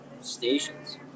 stations